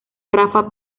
rafa